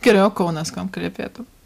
gerai o kaunas kuom kvepėtų